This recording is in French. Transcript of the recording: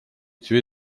tué